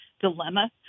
dilemma